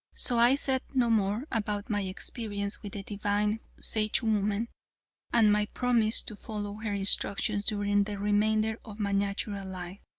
so i said no more about my experience with the divine sagewoman and my promise to follow her instructions during the remainder of my natural life,